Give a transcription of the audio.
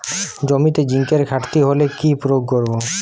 জমিতে জিঙ্কের ঘাটতি হলে কি প্রয়োগ করব?